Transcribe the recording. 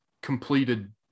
completed